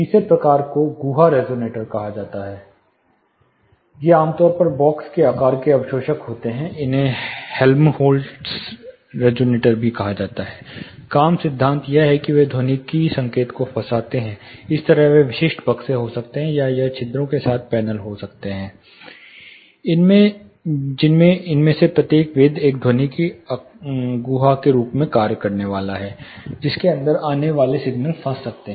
तीसरे प्रकार को गुहा रिजोनेटर कहा जाता है ये आम तौर पर बॉक्स के आकार के अवशोषक होते हैं इन्हें हेल्महोल्ट्ज़ रेज़ोनेटर भी कहा जाता है काम सिद्धांत यह है कि वे ध्वनिकी संकेत को फंसाते हैं यह इस तरह के विशिष्ट बक्से हो सकते हैं या यह छिद्रों के साथ पैनल हो सकते हैं जिसमें इनमें से प्रत्येक वेध एक ध्वनिकी गुहा के रूप में कार्य करने वाला है जिसके अंदर आने वाले सिग्नल फंस सकते हैं